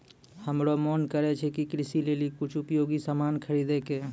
हमरो मोन करै छै कि कृषि लेली कुछ उपयोगी सामान खरीदै कै